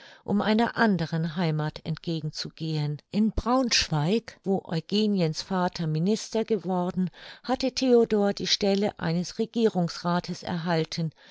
um einer anderen heimath entgegen zu gehen in braunschweig wo eugeniens vater minister geworden hatte theodor die stelle eines regierungsrathes erhalten